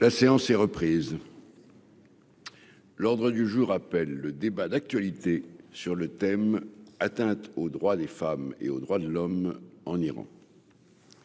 La séance est reprise. L'ordre du jour appelle le débat d'actualité sur le thème : atteinte aux droits des femmes et aux droits de l'homme en Iran.